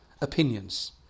opinions